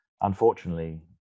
unfortunately